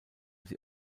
sie